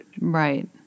Right